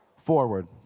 Forward